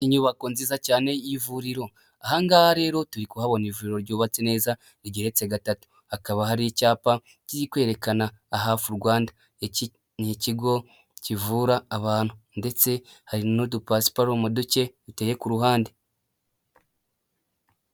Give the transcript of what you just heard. Inyubako nziza cyane y'ivuriro ahangaha rero turi kuhabona ivuriro ryubatse neza mugice cya gatatu hakaba hari icyapa kiri kwerekana AHAF Rwanda iki ni ikigo kivura abantu ndetse hari n'udupasiparume duke duteye ku ruhande.